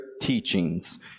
teachings